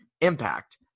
impact